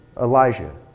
Elijah